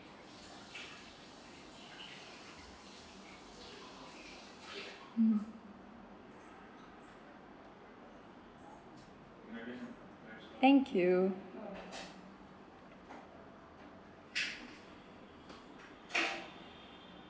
hmm thank you